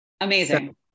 Amazing